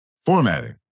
formatting